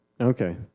Okay